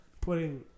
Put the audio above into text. putting